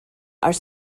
are